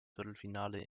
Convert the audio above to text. viertelfinale